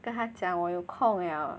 跟他讲我有空 liao